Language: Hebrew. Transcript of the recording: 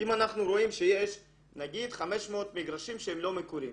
אם אנחנו רואים שיש נגיד 500 מגרשים שהם לא מקורים,